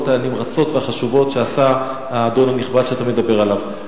הנמרצות והחשובות שעשה האדון הנכבד שאתה מדבר עליו.